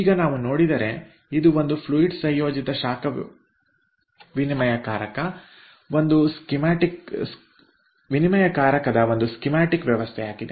ಈಗ ನಾವು ನೋಡಿದರೆ ಇದು ಒಂದು ಫ್ಲೂಯಿಡ್ ಸಂಯೋಜಿತ ಶಾಖ ವಿನಿಮಯಕಾರಕದ ಒಂದು ಸ್ಕೀಮ್ಯಾಟಿಕ್ ವ್ಯವಸ್ಥೆ ಆಗಿದೆ